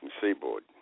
seaboard